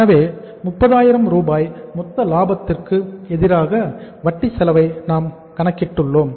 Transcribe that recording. எனவே 30000 ரூபாய் மொத்த லாபத்திற்கு எதிராக வட்டி செலவை நாம் கணக்கிட்டு உள்ளோம்